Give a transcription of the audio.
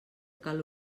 cal